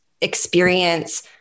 experience